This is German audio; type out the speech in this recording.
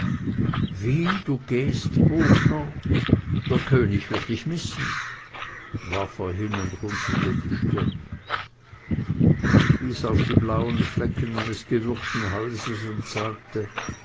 wie du gehst bogner der könig wird dich missen warf er hin und runzelte die stirn ich wies auf die blauen flecken meines gewürgten halses und sagte